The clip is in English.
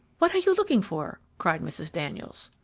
what are you looking for? cried mrs. daniels.